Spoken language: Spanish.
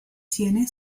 tiene